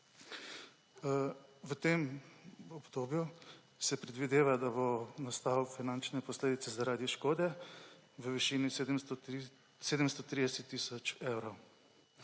V tem obdobju se predvideva, da bodo nastale finančne posledice zaradi škode v višini 730 tisoč evrov.